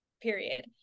period